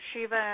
shiva